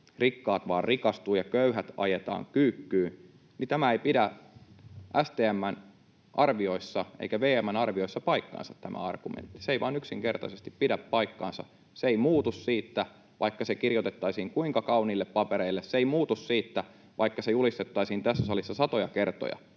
rikkaat vain rikastuvat ja köyhät ajetaan kyykkyyn, niin tämä argumentti ei pidä STM:n arvioissa eikä VM:n arviossa paikkaansa. Se ei vain yksinkertaisesti pidä paikkaansa. Se ei muutu siitä, vaikka se kirjoitettaisiin kuinka kauniille papereille. Se ei muutu siitä, vaikka se julistettaisiin tässä salissa satoja kertoja,